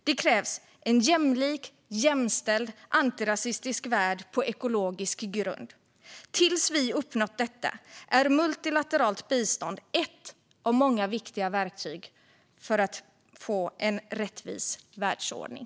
Det kräver en jämlik, jämställd, antirasistisk värld på ekologisk grund. Tills vi uppnått detta är multilateralt bistånd ett av många viktiga verktyg för att få en mer rättvis världsordning.